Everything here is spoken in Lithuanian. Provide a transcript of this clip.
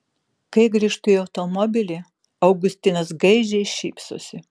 kai grįžtu į automobilį augustinas gaižiai šypsosi